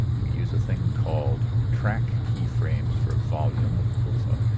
we use a thing called track keyframes for volume so,